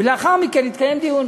ולאחר מכן יתקיים דיון.